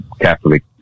Catholic